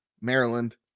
Maryland